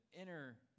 inner